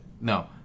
No